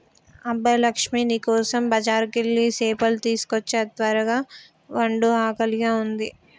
అబ్బ లక్ష్మీ నీ కోసం బజారుకెళ్ళి సేపలు తీసుకోచ్చా త్వరగ వండు ఆకలిగా ఉంది